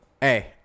Hey